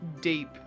deep